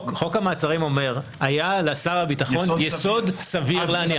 חוק המעצרים אומר שהיה לשר הביטחון יסוד סביר להניח.